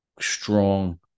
strong